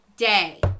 day